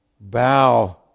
bow